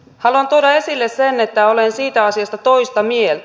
haluan tuoda esille sen että olen siitä asiasta toista mieltä